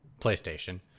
playstation